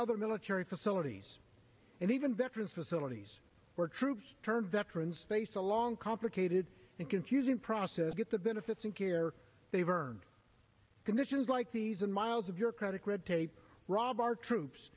other military facilities and even veterans facilities where troops turn veterans face a long complicated and confusing process to get the benefits and care they've earned conditions like these and miles of your credit red tape rob our troops